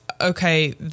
Okay